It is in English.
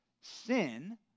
sin